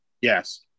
Yes